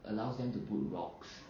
allows them to put rocks